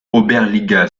oberliga